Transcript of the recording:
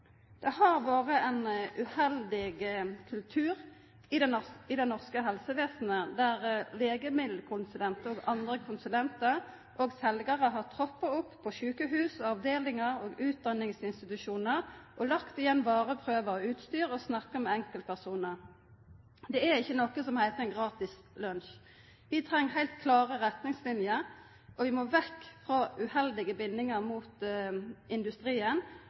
Det har vore ein uheldig kultur i det norske helsevesenet, der legemiddelkonsulentar og andre konsulentar og seljarar har troppa opp på sjukehusavdelingar og utdanningsinstitusjonar og lagt igjen vareprøvar og utstyr og har snakka med enkeltpersonar. Det er ikkje noko som heiter ein gratis lunsj. Vi treng heilt klare retningsliner, og vi må vekk frå uheldige bindingar mot industrien.